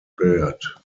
byrd